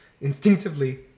instinctively